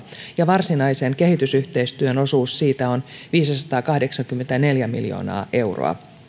ja varsinaisen kehitysyhteistyön osuus siitä on viisisataakahdeksankymmentäneljä miljoonaa euroa